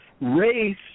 Race